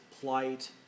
plight